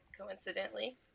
coincidentally